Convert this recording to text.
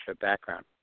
background